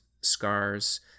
scars